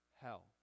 hell